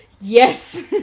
Yes